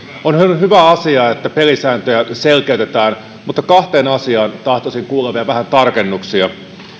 on hyvä asia että pelisääntöjä selkeytetään mutta kahteen asiaan tahtoisin kuulla vielä vähän tarkennuksia